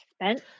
spent